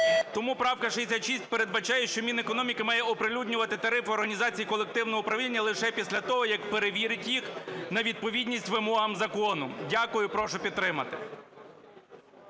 Тому правка 66 передбачає, що Мінекономіки має оприлюднювати тарифи організації колективного управління лише після того, як перевірить їх на відповідність вимогам закону. Дякую. Прошу підтримати.